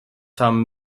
some